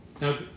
Now